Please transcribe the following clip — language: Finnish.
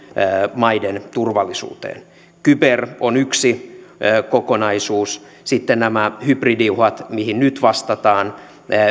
maiden turvallisuuteen kyber on yksi kokonaisuus sitten nämä hybridiuhat mihin nyt vastataan